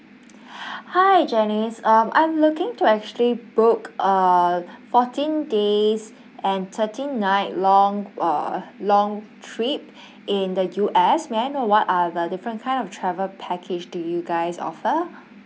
hi janice um I'm looking to actually book uh fourteen days and thirteen night long uh long trip in the U_S may I know what are the different kind of travel package do you guys offer